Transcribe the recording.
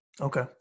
Okay